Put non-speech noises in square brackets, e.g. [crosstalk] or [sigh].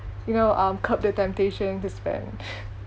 you know um curb the temptation to spend [laughs]